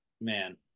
man